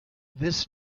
this